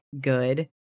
good